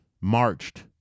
marched